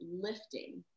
lifting